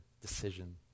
decision